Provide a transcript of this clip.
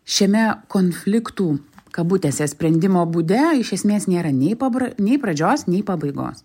šiame konfliktų kabutėse sprendimo būde iš esmės nėra nei pabra nei pradžios nei pabaigos